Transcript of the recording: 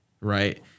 right